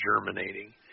germinating